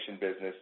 business